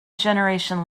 generation